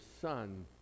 son